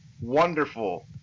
wonderful